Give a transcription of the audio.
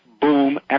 boom